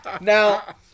Now